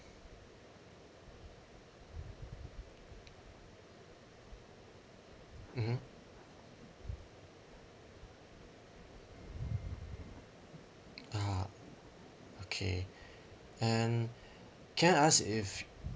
mmhmm ah okay and can I ask if